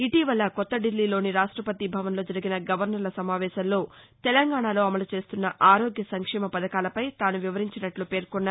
ఇటీవల కొత్త దిబ్లీలోని రాష్టపతిభవన్లో జరిగిన గవర్నర్ల సమావేశంలో తెలంగాణలో అమలుచేస్తున్న ఆరోగ్య సంక్షేమ పథకాలపై తాను వివరించినట్టు పేర్కొన్నారు